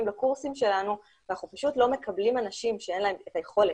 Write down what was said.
לקורסים שלנו ואנחנו פשוט לא מקבלים אנשים שאין להם את היכולת,